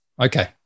Okay